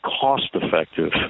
cost-effective